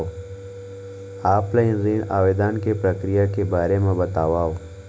Offline ऋण आवेदन के प्रक्रिया के बारे म बतावव?